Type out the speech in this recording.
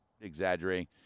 exaggerating